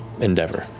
endeavor.